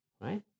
Right